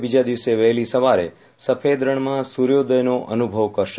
બીજા દિવસે વહેલી સવારે સફેદ રણમાં સૂર્યોદયનો અનુભવ કરશે